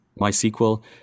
MySQL